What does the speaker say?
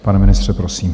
Pane ministře, prosím.